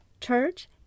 Church